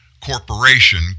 corporation